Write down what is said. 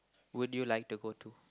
would you like to go to